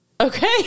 Okay